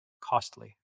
costly